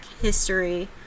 history